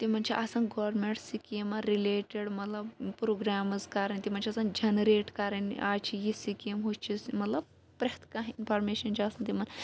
تِمَن چھِ آسان گورمنٹ سکیٖم رِلیٹِڈ مَطلَب پرُگرامٕز کَرٕنۍ تمَن چھ آسان جنریٹ کَرٕنۍ آز چھِ یہِ سکیٖم ہُہ چھُس مَطلَب پرتھ کانٛہہ اِنفارمیشَن چھِ آسان تِمَن